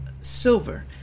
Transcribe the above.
silver